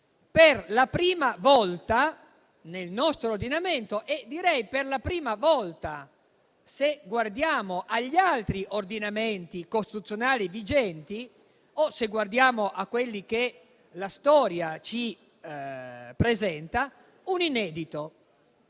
per la prima volta nel nostro ordinamento - e direi per la prima volta, guardando agli altri ordinamenti costituzionali vigenti o a quelli che la storia ci presenta - un inedito.